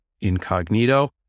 incognito